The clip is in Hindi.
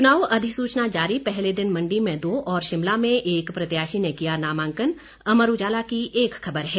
चुनाव अधिसूचना जारी पहले दिन मंडी में दो और शिमला में एक प्रत्याशी ने किया नामांकन अमर उजाला की एक खबर है